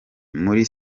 muri